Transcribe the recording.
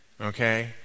Okay